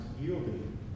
yielding